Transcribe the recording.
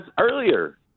earlier